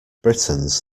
britain’s